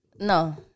No